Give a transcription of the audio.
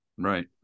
right